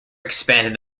expanded